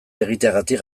egiteagatik